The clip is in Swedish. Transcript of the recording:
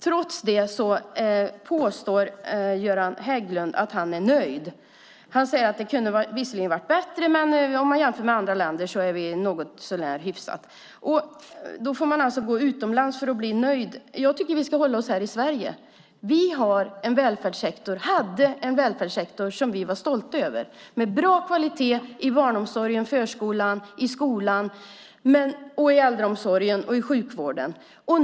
Trots det påstår Göran Hägglund att han är nöjd. Han säger att det visserligen kunde ha varit bättre men att det är någorlunda hyfsat om vi jämför med andra länder. Man får alltså gå utomlands för att bli nöjd. Jag tycker att vi ska hålla oss här i Sverige. Vi hade en välfärdssektor som vi var stolta över, med bra kvalitet i barnomsorgen, förskolan, skolan, äldreomsorgen och sjukvården.